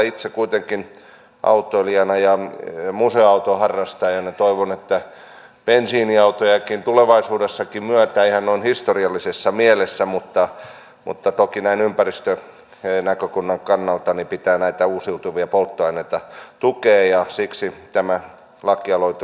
itse kuitenkin autoilijana ja museoautoharrastajana toivon että bensiiniautojakin tulevaisuudessa myydään ihan noin historiallisessa mielessä mutta toki näin ympäristönäkökulman kannalta pitää näitä uusiutuvia polttoaineita tukea ja siksi tämä lakialoite on erittäin kannatettava